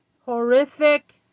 horrific